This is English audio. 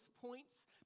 points